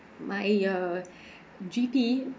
my uh G_P